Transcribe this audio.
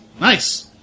Nice